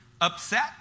upset